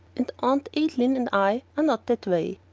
and aunt adeline and i are not that way.